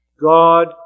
God